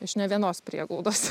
iš ne vienos prieglaudos